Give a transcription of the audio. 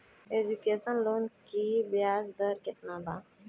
Education loan की ब्याज दर केतना बा?